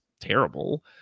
terrible